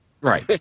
Right